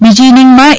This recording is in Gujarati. બીજી ઇનીંગમાં એ